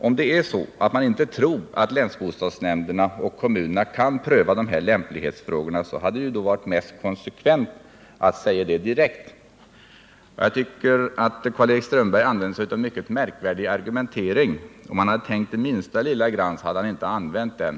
Om det är så att man inte tror att länsbostadsnämnderna och kommunerna kan pröva dessa lämplighetsfrågor, hade det ju varit mest konsekvent att säga det direkt. Jag tycker att Karl-Erik Strömberg använder sig av en mycket märkvärdig argumentering. Om han hade tänkt det minsta lilla grand, hade han inte använt den.